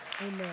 Amen